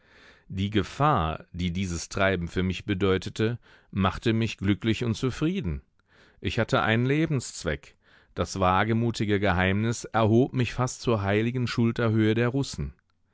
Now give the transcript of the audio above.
die gefahr die dieses treiben für mich bedeutete machte mich glücklich und zufrieden ich hatte einen lebenszweck das wagemutige geheimnis erhob mich fast zur heiligen schulterhöhe der russen